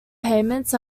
payments